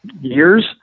years